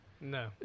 No